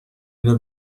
اینو